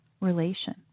relation